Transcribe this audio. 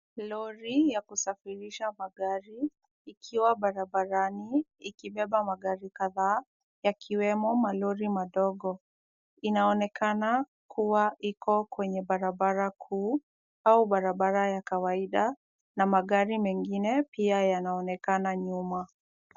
Lori ya kusafirisha magari ikiwa barabarani ikibeba magari kadhaa yakiwemo malori madogo. Inaonekana kuwa iko kwenye barabara kuu au barabara ya kawaida na magari mengine pia yanaonekana nyuma.